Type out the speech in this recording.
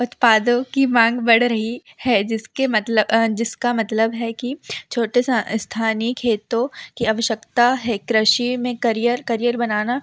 उत्पादों की माँग बढ़ रही है जिसके जिसका मतलब है कि छोटे स्थानी खेतों की अवश्यकता है कृषि में करियर करियर बनाना